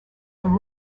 from